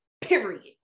period